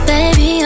Baby